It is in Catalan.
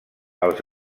els